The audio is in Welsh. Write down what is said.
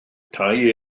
tai